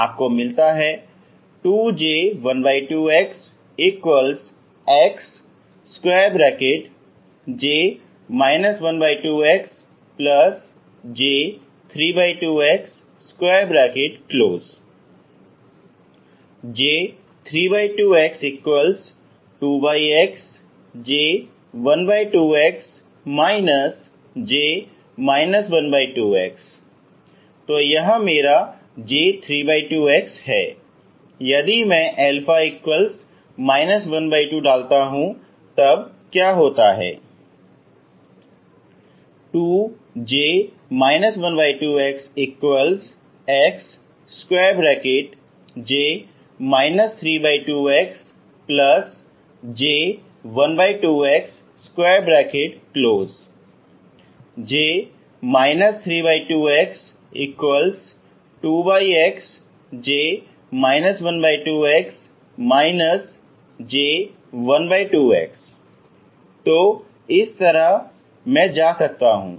आपको मिलता है 2J12 xxJ 12xJ32x J32x2xJ12 x J 12x तो यह मेरा J32x है यदि मैं α 12 डालता हूँ तब क्या होता है 2J 12 xxJ 32xJ12x ⇒ J 32 x2xJ 12x J12x तो इस तरह मैं जा सकता हूँ